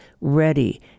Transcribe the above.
ready